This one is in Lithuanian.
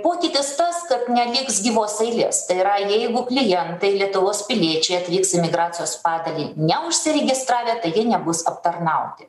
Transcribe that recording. pokytis tas kad neliks gyvos eilės tai yra jeigu klientai lietuvos piliečiai atvyks į migracijos padalį neužsiregistravę tai jie nebus aptarnauti